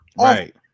Right